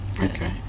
Okay